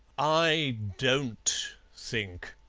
i don't think!